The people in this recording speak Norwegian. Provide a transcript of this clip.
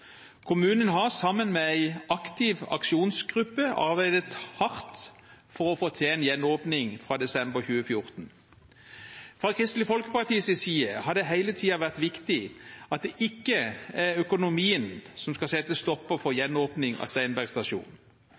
Kommunen har, sammen med en aktiv aksjonsgruppe, arbeidet hardt for å få til en gjenåpning fra desember 2014. Fra Kristelig Folkepartis side har det hele tiden vært viktig at det ikke er økonomien som skal sette en stopper for gjenåpning av